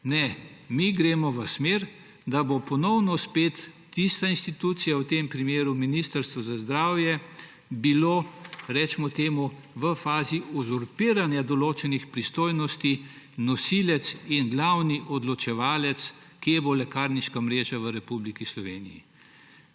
gremo mi v smer, da bo ponovno spet tista institucija, v tem primeru Ministrstvo za zdravje, v fazi uzurpiranja določenih pristojnosti nosilec in glavni odločevalec, kje bo lekarniška mreža v Republiki Sloveniji.